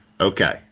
Okay